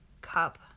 cup